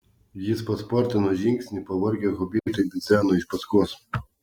jis paspartino žingsnį pavargę hobitai bidzeno iš paskos